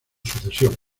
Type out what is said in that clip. sucesión